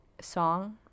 song